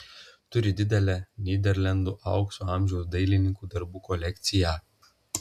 turi didelę nyderlandų aukso amžiaus dailininkų darbų kolekciją